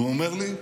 והוא אומר לי: